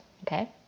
okay